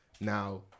Now